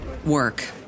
work